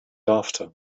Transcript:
after